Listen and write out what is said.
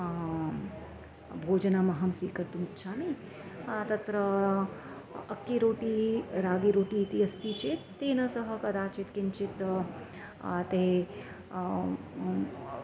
भोजनमहं स्वीकर्तुम् इच्छामि तत्र अक्किरोटि रागीरोटि इति अस्ति चेत् तेन सह कदाचित् किञ्चित् ते